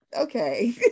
okay